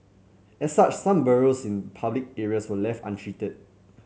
as such some burrows in public areas were left untreated